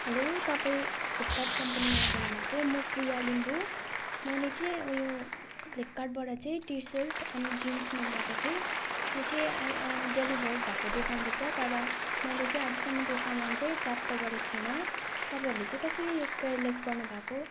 hello तपाईँ फ्लिपकार्ट कम्पनीबाट बोल्नुभएको हो म प्रिया लिम्बू मैले चाहिँ उयो फ्लिपकार्टबाट चाहिँ टि सर्ट अनि जिन्स मगाएको थिएँ त्यो चाहिँ आ डेलिभर्ड भएको देखाउँदै छ तर मैले चाहिँ अझैसम्म त्यो सामान चाहिँ प्राप्त गरेको छैन तपाईँहरूले चाहिँ कसरी यो केयरलेस गर्नुभएको